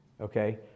Okay